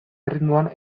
erritmoan